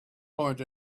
point